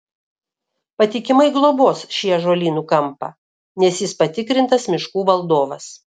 patikimai globos šį ąžuolynų kampą nes jis patikrintas miškų valdovas